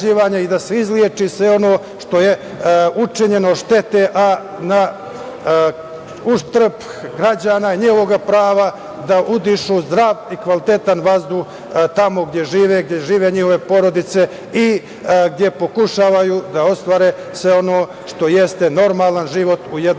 i da se izleči sve ono što je učinjeno štete, a na uštrb građana, njihovog prava, da udišu zdrav i kvalitetan vazduh tamo gde žive njihove porodice i gde pokušavaju da ostvare sve ono što jeste normalan život u jednoj državi.